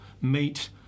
meet